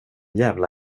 jävla